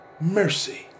mercy